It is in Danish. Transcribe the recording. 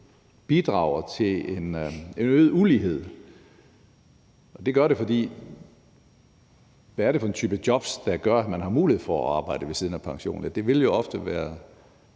bidrager til en øget ulighed, og det gør det, for hvad er det for en type job, der gør, at man har mulighed for at arbejde ved siden af pensionen? Det vil ofte ikke